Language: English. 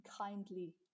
kindly